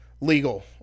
legal